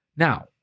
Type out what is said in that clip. Now